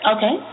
Okay